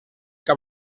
que